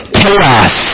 chaos